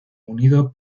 unido